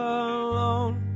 alone